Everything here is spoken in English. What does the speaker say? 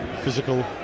physical